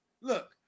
look